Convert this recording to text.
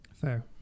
Fair